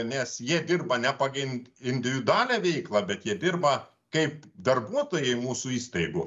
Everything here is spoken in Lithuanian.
nes jie dirba ne pagin individualią veiklą bet jie dirba kaip darbuotojai mūsų įstaigų